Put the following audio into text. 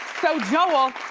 so joel,